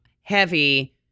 heavy